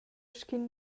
sc’in